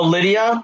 Lydia